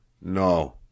no